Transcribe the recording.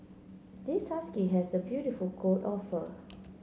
this husky has a beautiful coat of fur